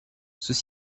ceux